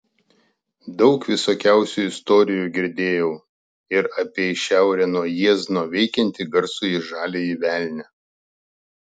daug visokiausių istorijų girdėjau ir apie į šiaurę nuo jiezno veikiantį garsųjį žaliąjį velnią